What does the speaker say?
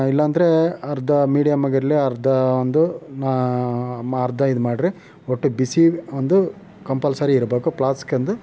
ಇಲ್ಲಾಂದರೆ ಅರ್ಧ ಮೀಡಿಯಮ್ಮಾಗಿರಲಿ ಅರ್ಧ ಒಂದು ನ ಮ ಅರ್ಧ ಇದ್ಮಾಡ್ರಿ ಒಟ್ಟು ಬಿಸಿ ಒಂದು ಕಂಪಲ್ಸರಿ ಇರ್ಬೇಕು ಪ್ಲಾಸ್ಕೊಂದು